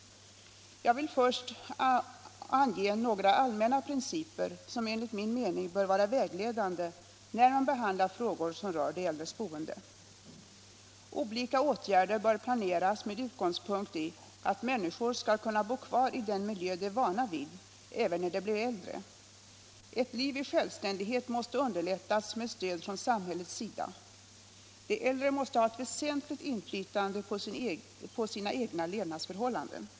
Jag vill först ange några allmänna principer som enligt min mening bör vara vägledande när man behandlar frågor som rör de äldres boende. Olika åtgärder bör planeras med utgångspunkt i att människor skall kunna bo kvar i den miljö de är vana vid även när de blir äldre. Ett liv i självständighet måste underlättas med stöd från samhällets sida. De äldre måste ha ett väsentligt inflytande på sina egna levnadsförhållanden.